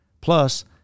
plus